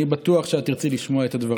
אני בטוח שאת תרצי לשמוע את הדברים.